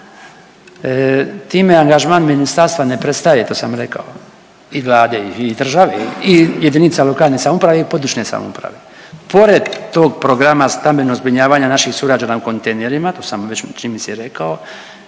time angažman Ministarstva ne prestaje, to sam rekao i Vlade i države i jedinica lokalne samouprave i područne samouprave. Pored tog programa stambeno zbrinjavanja naših sugrađana u kontejnerima, to sam već čini mi se i rekao,